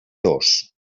dos